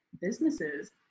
businesses